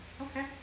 Okay